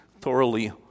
thoroughly